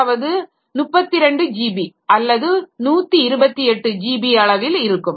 அதாவது 32 ஜிபி அல்லது 128 ஜிபி அளவில் இருக்கும்